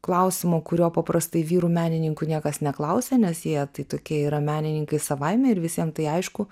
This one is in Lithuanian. klausimo kurio paprastai vyrų menininkų niekas neklausia nes jie tai tokie yra menininkai savaime ir visiem tai aišku